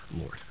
Lord